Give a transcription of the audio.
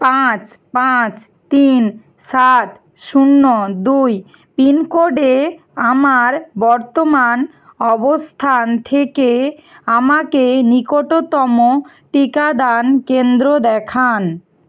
পাঁচ পাঁচ তিন সাত শূন্য দুই পিনকোডে আমার বর্তমান অবস্থান থেকে আমাকে নিকটতম টিকাদান কেন্দ্র দেখান